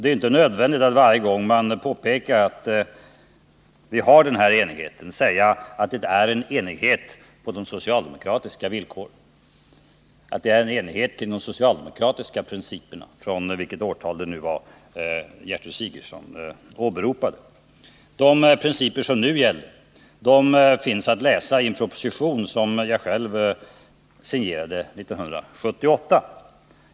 Det är ju inte nödvändigt att varje gång som man påpekar att vi har den här enigheten säga att det är en enighet på socialdemokratiska villkor. De principer som nu gäller finns f. ö. att läsa i en proposition som jag själv signerade 1978.